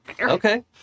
Okay